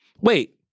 wait